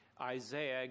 Isaiah